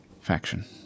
faction